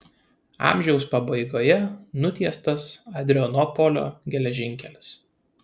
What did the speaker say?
amžiaus pabaigoje nutiestas adrianopolio geležinkelis